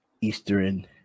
Eastern